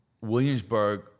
Williamsburg